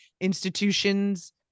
institutions